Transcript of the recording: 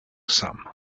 some